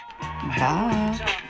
Bye